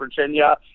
Virginia